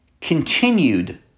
continued